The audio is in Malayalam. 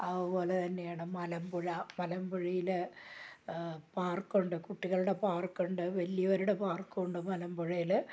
അതുപോലെ തന്നെയാണ് മലമ്പുഴ മലമ്പുഴയിൽ പാർക്ക് ഉണ്ട് കുട്ടികളുടെ പാർക്ക് ഉണ്ട് വലിയവരുടെ പാർക്കുമുണ്ട് മലമ്പുഴയിൽ